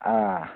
آ